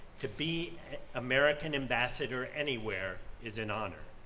to be american ambassador anywhere is an honor.